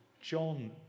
John